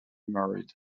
married